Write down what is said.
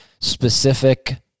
specific